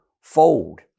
fold